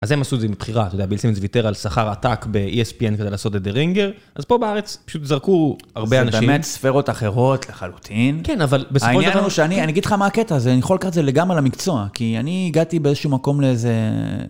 אז הם עשו את זה מבחירה, ביל סימונס ויתר על שכר עתק ב-ESPN כדי לעשות את דה-רינגר, אז פה בארץ פשוט זרקו הרבה אנשים. זו באמת ספרות אחרות לחלוטין. כן, אבל בסופו של דבר, אני אגיד לך מה הקטע הזה, אני יכול לקחת את זה לגמרי למקצוע, כי אני הגעתי באיזשהו מקום לאיזה...